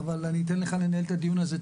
אבל אני אתן לך לנהל את הדיון הזה.